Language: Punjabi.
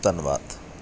ਧੰਨਵਾਦ